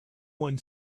one